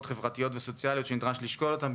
חברתיות וסוציאליות שנדרש לשקול אותן,